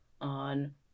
on